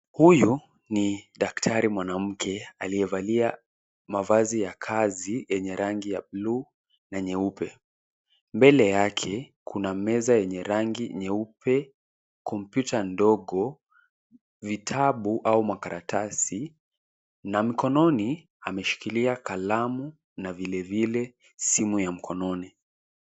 Huyu ni daktari mwanamke aliyevalia mavazi ya kazi yenye rangi ya buluu na nyeupe. Mbele yake kuna meza yenye rangi nyeupe, kompyuta ndogo, vitabu au makaratasi na mkononi ameshikilia kalamu na vilevile simu ya mkononi.